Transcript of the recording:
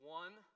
one